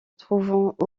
trouvant